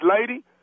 lady